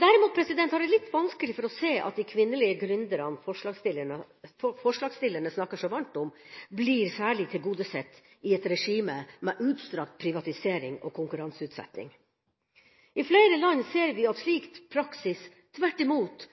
Derimot har jeg litt vanskelig for å se at de kvinnelige gründerne forslagsstillerne snakker så varmt om, blir særlig tilgodesett i et regime med utstrakt privatisering og konkurranseutsetting. I flere land ser vi at slik praksis tvert imot